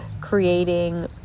creating